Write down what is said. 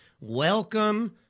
welcome